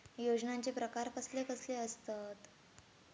योजनांचे प्रकार कसले कसले असतत?